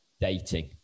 dating